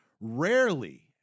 rarely